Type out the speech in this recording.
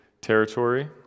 territory